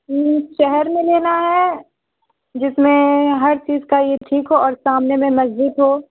شہر میں لینا ہے جس میں ہر چیز کا یہ ٹھیک ہو اور سامنے میں مسجد ہو